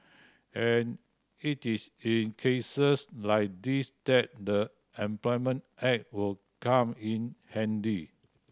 and it is in cases like these that the Employment Act will come in handy